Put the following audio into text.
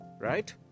right